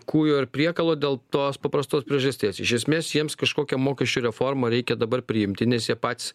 kūjo ir priekalo dėl tos paprastos priežasties iš esmės jiems kažkokią mokesčių reformą reikia dabar priimti nes jie patys